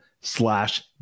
slash